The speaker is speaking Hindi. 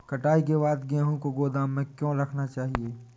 कटाई के बाद गेहूँ को गोदाम में क्यो रखना चाहिए?